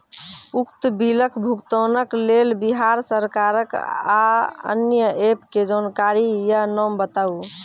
उक्त बिलक भुगतानक लेल बिहार सरकारक आअन्य एप के जानकारी या नाम बताऊ?